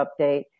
update